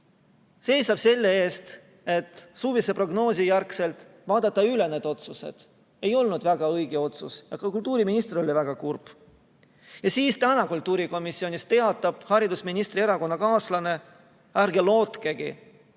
et seisab selle eest, et suvise prognoosi järgselt vaadatakse see otsus üle. Ei olnud väga õige otsus ja ka kultuuriminister oli väga kurb. Ja siis täna kultuurikomisjonis teatab haridusministri erakonnakaaslane, et ärge lootkegi,